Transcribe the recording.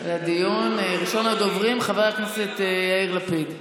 ראשון הדוברים, חבר הכנסת יאיר לפיד.